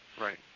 right